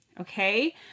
okay